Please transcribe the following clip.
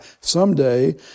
Someday